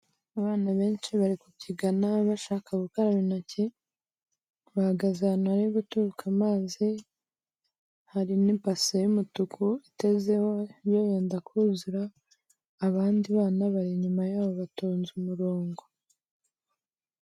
Abana benshi bari kubyigana bashaka gukaraba intoki, bahagaze ahantu hari guturuka amazi, hari n'ibase y'umutuku itezeho yenda kuzura, abandi bana bari inyuma yabo batonze umurongo.